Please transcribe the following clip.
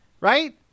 Right